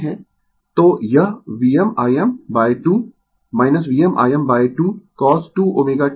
तो यह VmIm2 VmIm2 cos 2 ω t बन जाएगा